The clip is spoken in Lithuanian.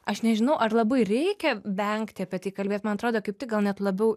aš nežinau ar labai reikia vengti apie tai kalbėt man atrodė kaip tik gal net labiau